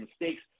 mistakes